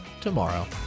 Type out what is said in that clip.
tomorrow